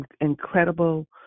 incredible